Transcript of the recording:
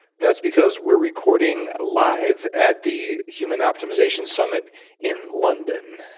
that's because we're recording live at the human optimization summit in london.